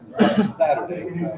Saturday